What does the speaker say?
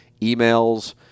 emails